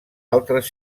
altres